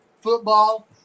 Football